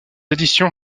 édition